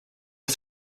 are